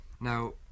Now